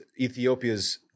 Ethiopia's